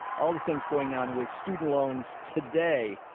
all the things going on with student loans today.